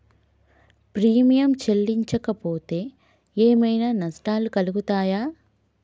Premium చెల్లించకపోతే ఏమైనా నష్టాలు కలుగుతయా?